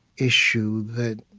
issue that